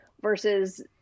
Versus